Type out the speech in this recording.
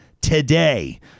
today